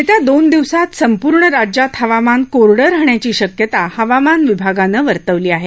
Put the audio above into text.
येत्या दोन दिवसात संपूर्ण राज्यात हवामान कोरडं राहण्याची शक्यता हवामान विभागानं वर्तवली आहे